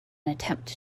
attempt